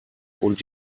und